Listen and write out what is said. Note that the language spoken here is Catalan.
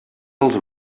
els